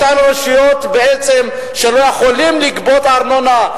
אותן רשויות שלא יכולות לגבות ארנונה,